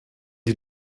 die